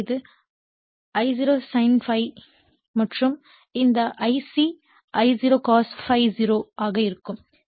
எனவே இது I0 sin ∅ மற்றும் இந்த Ic I0 cos ∅0 ஆக இருக்கும்